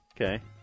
Okay